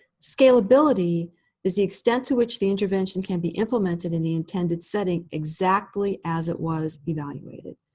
scalability is the extent to which the intervention can be implemented in the intended setting exactly as it was evaluated.